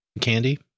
candy